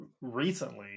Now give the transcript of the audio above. recently